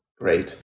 Great